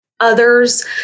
others